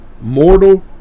mortal